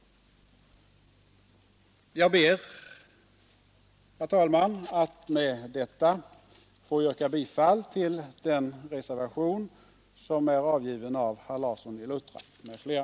Jag ber, herr talman, med detta få yrka bifall till reservationen, avgiven av herr Larsson i Luttra m.fl.